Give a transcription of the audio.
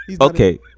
Okay